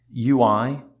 UI